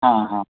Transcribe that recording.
ಹಾಂ ಹಾಂ